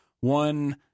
One